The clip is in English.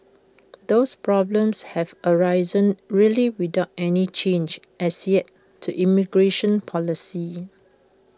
those problems have arisen really without any change as yet to migration policy